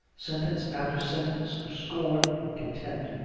sentence after sentence of scorn and contempt,